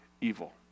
evil